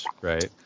right